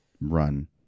run